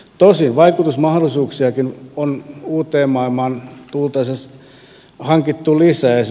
tosin vaikutusmahdollisuuksiakin on uuteen maailmaan tultaessa hankittu lisää